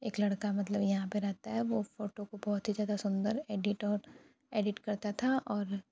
एक लड़का मतलब यहाँ पर रहता है वह फ़ोटो को बहुत ही ज़्यादा सुंदर एडिट और एडिट करता था और